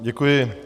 Děkuji.